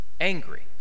angry